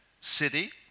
city